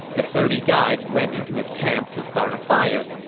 the thirty guys went into his camp to start a fire.